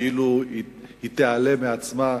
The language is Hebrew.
כאילו היא תיעלם מעצמה.